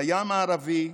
לים הערבי,